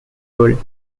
role